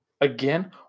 Again